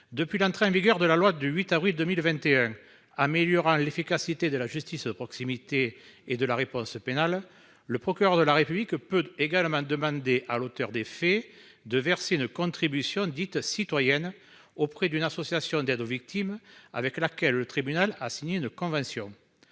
Depuis l'entrée en vigueur de la loi du 8 avril 2021, améliorant l'efficacité de la justice de proximité et de la réponse pénale, le procureur de la République peut également demander à l'auteur des faits de verser une contribution dite citoyenne auprès d'une association d'aide aux victimes avec laquelle le tribunal a signé une convention.